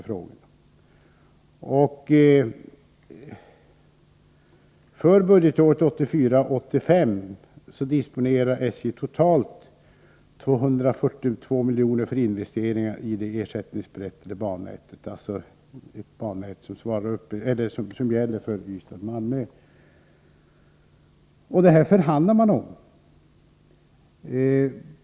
För budgetåret 1984/85 disponerar SJ totalt 242 miljoner för investeringar i det ersättningsberättigade bannätet, där bandelen Malmö-Ystad ingår. Detta förhandlar man om.